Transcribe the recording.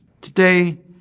Today